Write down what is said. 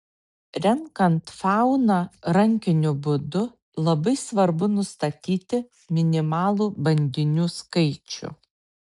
renkant fauną rankiniu būdu labai svarbu nustatyti minimalų bandinių skaičių